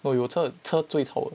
有车车最吵的